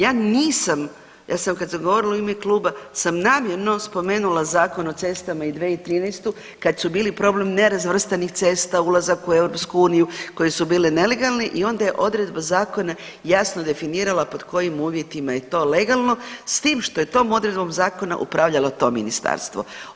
Ja nisam, ja sam kad sam govorila u ime kluba sam namjerno spomenula Zakon o cestama i 2013. kad su bili problem nerazvrstanih cesta, ulazak u EU, koje su bile nelegalne i onda je odredba zakona jasno definirala pod kojim uvjetima je to legalno s tim što je tom odredbom zakona upravljalo to ministarstvo.